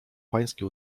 pańskie